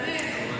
מעניין.